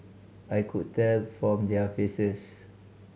I could tell from their faces